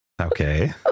okay